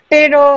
Pero